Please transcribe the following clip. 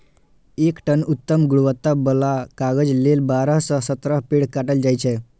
एक टन उत्तम गुणवत्ता बला कागज लेल बारह सं सत्रह पेड़ काटल जाइ छै